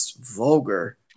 vulgar